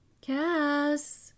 Cass